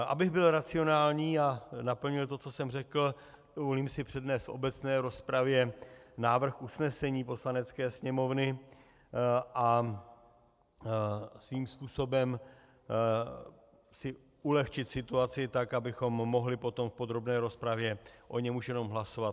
Abych byl racionální a naplnil to, co jsem řekl, dovolím si přednést v obecné rozpravě návrh usnesení Poslanecké sněmovny a svým způsobem si ulehčit situaci tak, abychom mohli potom v podrobné rozpravě o něm už jenom hlasovat.